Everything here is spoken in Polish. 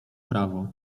prawo